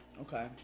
Okay